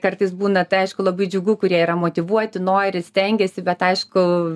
kartais būna tai aišku labai džiugu kurie yra motyvuoti nori stengiasi bet aišku